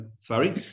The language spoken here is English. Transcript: Sorry